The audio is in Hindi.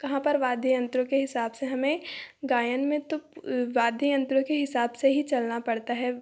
कहाँ पर वाद्ययंत्रों के हिसाब से हमें गायन में तो वाद्ययंत्रों के हिसाब से ही चलना पड़ता है